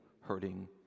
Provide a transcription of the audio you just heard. hurting